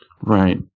Right